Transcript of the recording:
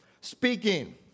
speaking